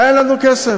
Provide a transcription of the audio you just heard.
אין לנו כסף,